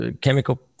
chemical